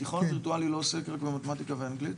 התיכון הווירטואלי לא עוסק רק במתמטיקה ובאנגלית?